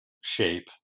shape